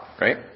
right